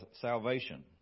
salvation